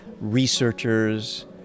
researchers